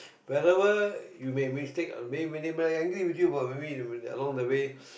wherever you may mistake may when they may be angry with you but maybe along the way